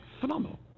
phenomenal